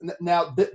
Now